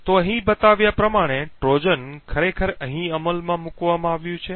તેથી અહીં બતાવ્યા પ્રમાણે ટ્રોજન ખરેખર અહીં અમલમાં મૂકવામાં આવ્યું છે